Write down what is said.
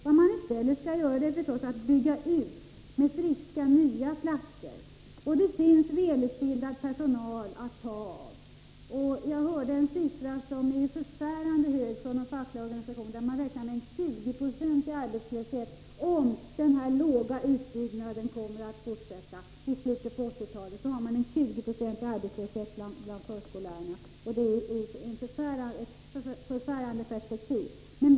Vad man i stället skall göra är förstås att bygga ut med friska nya platser. Det finns välutbildad personal att ta av. Jag hörde en siffra, som är förfärande hög, från de fackliga organisationerna, där man räknar med en 20-procentig arbetslöshet bland förskollärarna i slutet av 1980-talet, om den låga utbyggnadstakten kommer att fortsätta. Det är ett förfärande perspektiv.